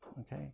Okay